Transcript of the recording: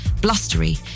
Blustery